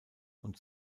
und